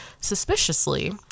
Suspiciously